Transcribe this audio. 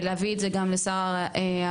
להביא את זה גם לשר העבודה.